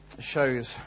shows